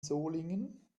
solingen